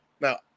Now